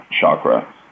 chakra